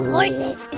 Horses